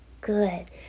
good